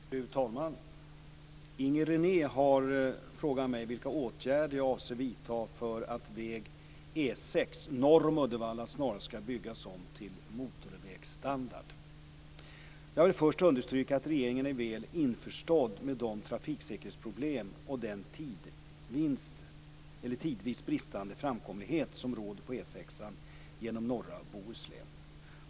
Fru talman! Inger René har frågat mig vilka åtgärder jag avser vidta för att väg E 6 norr om Uddevalla snarast skall byggas om till motorvägsstandard. Jag vill först understryka att regeringen är väl införstådd med trafiksäkerhetsproblemen och den tidvis bristande framkomlighet som råder på E 6:an genom norra Bohuslän.